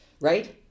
right